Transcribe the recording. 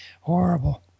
Horrible